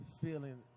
feeling